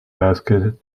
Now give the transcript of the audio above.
basket